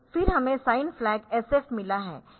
फिर हमें sign flag SF मिला है